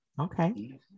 Okay